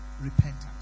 repentance